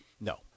No